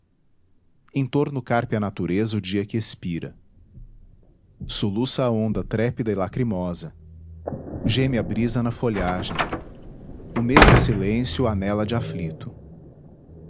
em torno carpe a natureza o dia que expira soluça a onda trépida e lacrimosa geme a brisa na folhagem o mesmo silêncio anela de aflito